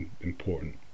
important